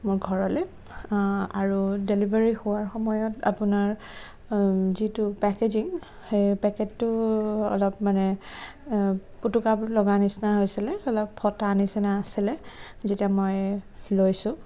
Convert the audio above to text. মোৰ ঘৰলৈ আৰু ডেলিভাৰী হোৱাৰ সময়ত আপোনাৰ যিটো পেকেজিং সেই পেকেতটো অলপ মানে পুটুকা লগা নিচিনা হৈছিলে অলপ ফটা নিচিনা আছিলে যেতিয়া মই লৈছোঁ